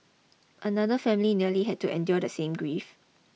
another family nearly had to endure the same grief